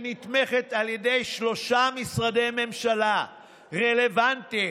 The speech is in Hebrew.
שנתמכת על ידי שלושה משרדי ממשלה רלוונטיים,